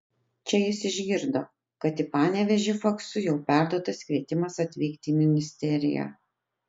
čia jis išgirdo kad į panevėžį faksu jau perduotas kvietimas atvykti į ministeriją